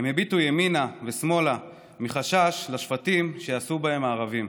הם הביטו ימינה ושמאלה מחשש לשפטים שיעשו בהם הערבים,